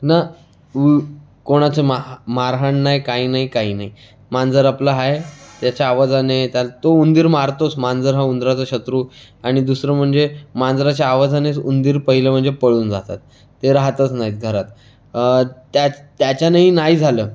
न कोणाचं माह मारहाण नाही काय नाही काय नाही मांजर आपलं आहे त्याच्या आवाजाने त्याला तो उंदीर मारतोच मांजर हा उंदराचा शत्रू आणि दुसरं म्हणजे मांजराच्या आवाजानेच उंदीर पहिले म्हणजे पळून जातात ते राहतच नाहीत घरात त्याच त्याच्यानेही नाही झालं